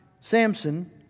Samson